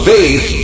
Faith